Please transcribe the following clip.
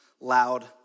loud